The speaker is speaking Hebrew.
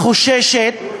החוששת,